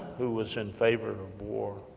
who was in favor of war.